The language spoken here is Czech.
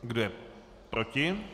Kdo je proti?